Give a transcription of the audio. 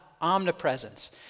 omnipresence